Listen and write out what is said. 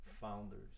founders